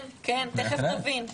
כן, כן תכף תבין.